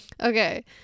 Okay